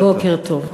בוקר טוב.